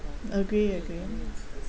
agree agree